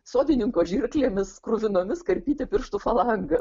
sodininko žirklėmis kruvinomis karpyti pirštų falangas